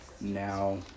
Now